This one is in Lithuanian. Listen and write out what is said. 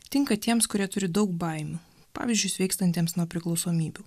tinka tiems kurie turi daug baimių pavyzdžiui sveikstantiems nuo priklausomybių